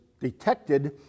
detected